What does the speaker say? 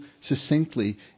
succinctly